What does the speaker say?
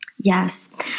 Yes